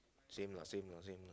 same lah same lah same lah